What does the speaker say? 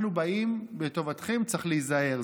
אנחנו באים בטובתכם, צריך להיזהר.